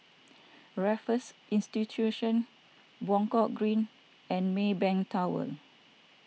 Raffles Institution Buangkok Green and Maybank Tower